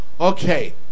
Okay